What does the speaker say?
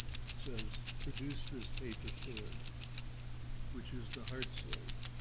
says produce this paper sword which is the heart sword